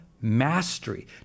mastery